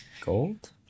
gold